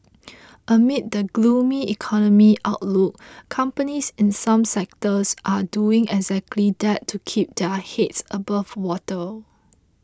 amid the gloomy economy outlook companies in some sectors are doing exactly that to keep their heads above water